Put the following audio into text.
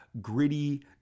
gritty